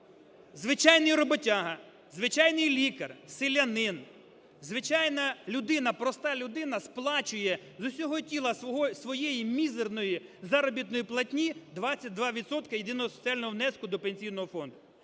Звичайний роботяга, звичайний лікар, селянин, звичайна людина, проста людина сплачує з усього тіла зі своєї мізерної заробітної платні 22 відсотки єдиного соціального внеску до Пенсійного фонду.